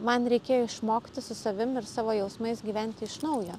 man reikėjo išmokti su savim ir savo jausmais gyventi iš naujo